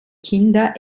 kinder